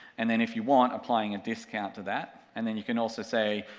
and then if you want, applying a discount to that, and then you can also say,